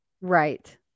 right